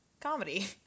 comedy